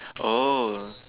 oh